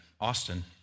Austin